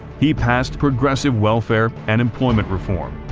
he passed progressive welfare and employment reform,